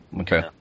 Okay